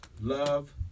love